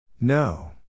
No